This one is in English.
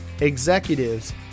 executives